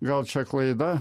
gal čia klaida